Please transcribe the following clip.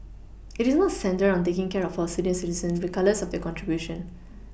it is not centred on taking care of our senior citizen regardless of their contribution